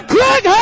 Craig